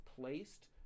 placed